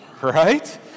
right